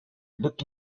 look